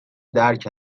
درک